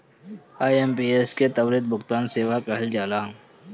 IMPS के त्वरित भुगतान सेवा कहल जाला